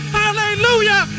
hallelujah